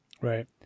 Right